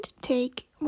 take